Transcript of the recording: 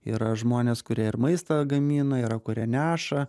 yra žmonės kurie ir maistą gamina yra kurie neša